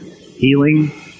Healing